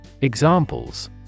Examples